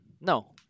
no